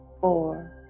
four